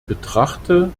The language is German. betrachte